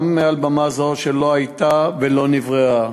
גם לא מעל במה זו, שלא הייתה ולא נבראה.